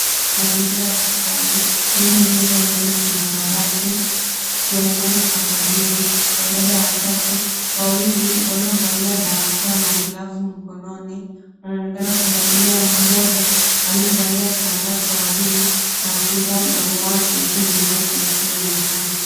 Mazingira ya hospitali yenye meza nyeusi na kabati kukionekana kwa karibu. Wadada watatu, wawili waliovalia barakoa na glavu mkononi wanaonekana kumhudumia mmoja, aliyevalia kitambaa cha waridi na kufungua mdomo wake huku meno yake yakiwa yaonekana.